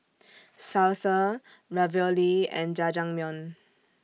Salsa Ravioli and Jajangmyeon